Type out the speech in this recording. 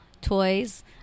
toys